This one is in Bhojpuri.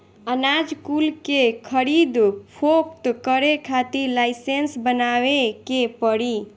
अनाज कुल के खरीद फोक्त करे के खातिर लाइसेंस बनवावे के पड़ी